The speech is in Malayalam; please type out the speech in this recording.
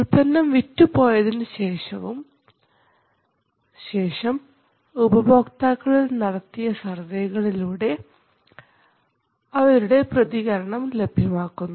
ഉൽപ്പന്നം വിറ്റു പോയതിനുശേഷം ഉപഭോക്താക്കളിൽ നടത്തിയ സർവ്വേകളിലൂടെ അവരുടെ ടെപ്രതികരണം ലഭ്യമാക്കുന്നു